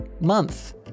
month